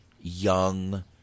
young